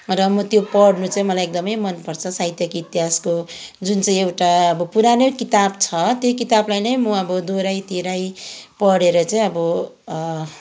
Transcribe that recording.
र म त्यो पढ्नु चाहिँ मलाई एकदमै मनपर्छ साहित्यको इतिहासको जुन चाहिँ एउटा अब पुरानै किताब छ त्यही किताबलाई नै म अब दोहोऱ्याई तेऱ्याई पढेर चाहिँ अब